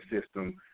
system